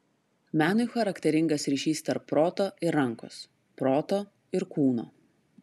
menui charakteringas ryšys tarp proto ir rankos proto ir kūno